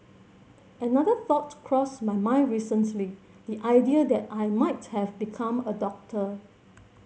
another thought crossed my mind recently the idea that I might have become a doctor